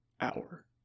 hour